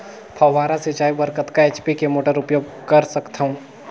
फव्वारा सिंचाई बर कतका एच.पी के मोटर उपयोग कर सकथव?